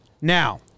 Now